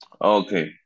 Okay